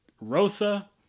Rosa